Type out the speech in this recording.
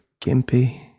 gimpy